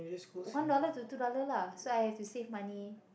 one dollar to two dollar lah so I have to save money